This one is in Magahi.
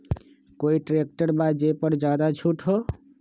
कोइ ट्रैक्टर बा जे पर ज्यादा छूट हो?